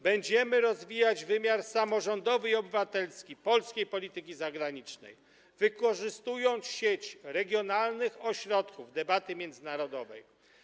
Będziemy rozwijać wymiar samorządowy i obywatelski polskiej polityki zagranicznej, wykorzystując sieć regionalnych ośrodków debaty międzynarodowej.